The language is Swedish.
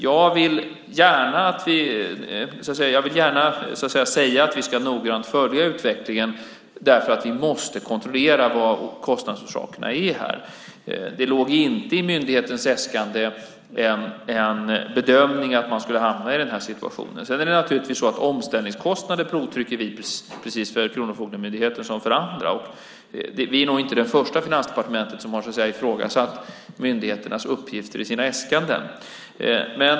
Jag vill gärna säga att vi noggrant ska följa utvecklingen därför att vi måste kontrollera vad kostnadsorsakerna är. Det låg inte i myndighetens äskande en bedömning att man skulle hamna i den här situationen. Sedan är det naturligtvis så att vi provtrycker omställningskostnader för Kronofogdemyndigheten precis som för andra. Vi är nog inte det första finansdepartement som så att säga har ifrågasatt myndigheternas uppgifter i deras äskanden.